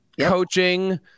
coaching